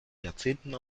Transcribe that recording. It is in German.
jahrzehnten